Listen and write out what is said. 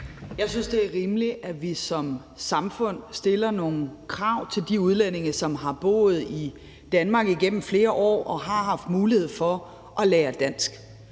Vi synes, det er rimeligt, at vi som samfund stiller nogle krav til de udlændinge, som har boet i Danmark igennem flere år og har haft mulighed for at lære dansk,